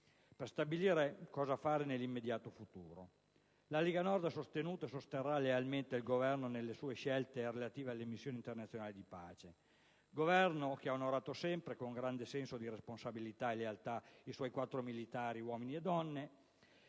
per stabilire cosa fare nell'immediato futuro. La Lega Nord ha sostenuto e sosterrà lealmente il Governo nelle sue scelte relative alle missioni internazionali di pace: un Governo, che ha onorato sempre, con grande senso di responsabilità e lealtà, i suoi militari, uomini e donne,